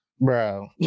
Bro